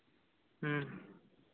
ᱦᱮᱸ